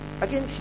again